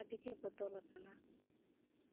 ᱟᱹᱰᱤ ᱜᱮ ᱵᱚᱫᱚᱞᱟᱠᱟᱱᱟ